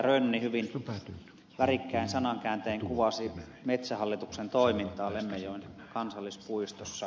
rönni hyvin värikkäin sanakääntein kuvasi metsähallituksen toimintaa lemmenjoen kansallispuistossa